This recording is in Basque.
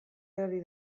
erori